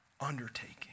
undertaking